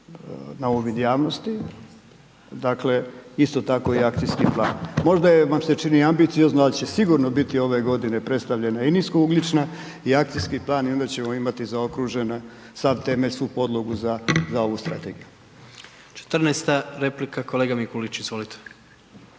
na uvid javnosti, dakle isto tako i Akcijski plan. Možda vam se čini ambiciozno al' će sigurno biti ove godine predstavljena i nisko ugljična, i Akcijski plan, i onda ćemo imati zaokružene, sav temelj, svu podlogu za, za ovu Strategiju. **Jandroković, Gordan (HDZ)** Četrnaesta replika kolega Mikulić. Izvolite.